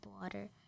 water